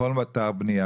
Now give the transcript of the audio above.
בכל אתר בנייה,